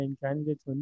candidates